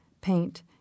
paint